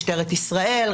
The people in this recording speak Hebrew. משטרת ישראל,